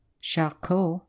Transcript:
charcot